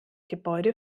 gebäude